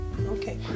okay